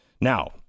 Now